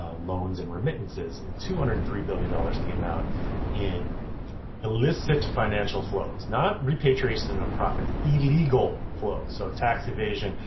loans, and remittances. and two hundred and three billion dollars came out in illicit financial flows, not repatriation of profits illegal flow. so, tax evasion,